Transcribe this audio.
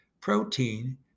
protein